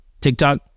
TikTok